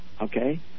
Okay